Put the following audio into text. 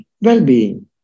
Well-being